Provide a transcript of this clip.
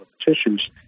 tissues